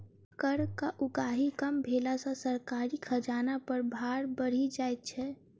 करक उगाही कम भेला सॅ सरकारी खजाना पर भार बढ़ि जाइत छै